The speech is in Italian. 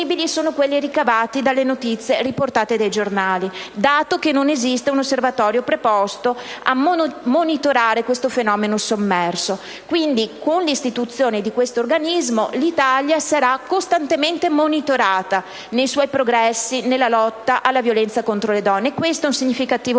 disponibili sono quelli ricavati dalle notizie riportate sui giornali, dato che non esiste un osservatorio preposto a monitorare questo fenomeno sommerso. Pertanto, con l'istituzione di questo organismo, l'Italia sarà costantemente monitorata nei suoi progressi nella lotta alla violenza contro le donne, e questo rappresenta un significativo passo